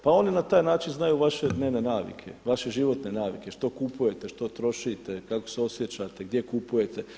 Pa oni na taj način znaju vaše dnevne navike, vaše životne navike, što kupujete, što trošite, kako se osjećate, gdje kupujete.